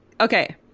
Okay